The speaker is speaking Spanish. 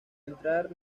entrar